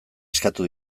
eskatu